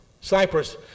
Cyprus